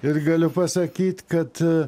ir galiu pasakyt kad